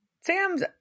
Sam's